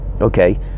okay